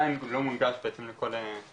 כזה ועדיין הוא לא מונגש בעצם לכל הסטודנטים.